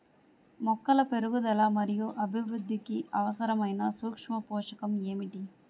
మొక్కల పెరుగుదల మరియు అభివృద్ధికి అవసరమైన సూక్ష్మ పోషకం ఏమిటి?